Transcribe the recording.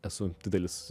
esu didelis